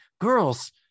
girls